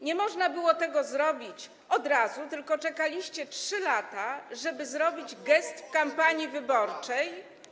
Nie można było tego zrobić od razu, tylko czekaliście 3 lata, żeby wykonać ten gest w kampanii wyborczej.